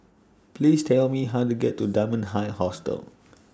Please Tell Me How to get to Dunman High Hostel